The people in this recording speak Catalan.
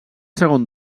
segon